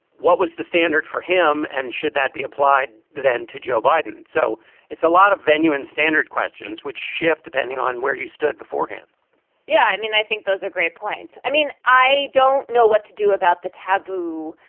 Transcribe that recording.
what was the standard for him and should that be applied then to joe biden? so it's a lot of venue and standard questions which shift depending on where you stood beforehand yeah, i mean, i think those are great points. i mean, i don't know what to do about the taboo,